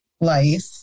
life